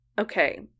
Okay